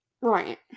Right